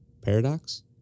Paradox